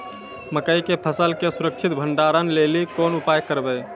मकई के फसल के सुरक्षित भंडारण लेली कोंन उपाय करबै?